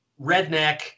redneck